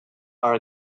are